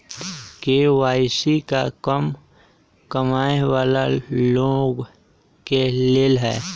KYC का कम कमाये वाला लोग के लेल है?